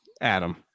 Adam